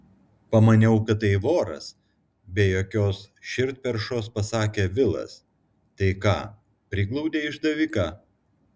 pamaniau kad tai voras be jokios širdperšos pasakė vilas tai ką priglaudei išdaviką